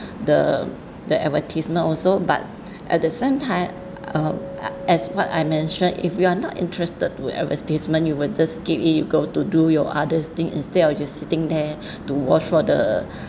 the the advertisement also but at the same time uh as what I mentioned if you are not interested to advertisement you would just skip it you go to do your others thing instead of just sitting there to watch for the